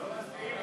ההסתייגות